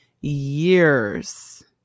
years